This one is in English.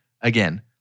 again